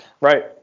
Right